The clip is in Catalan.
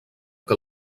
que